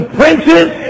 princes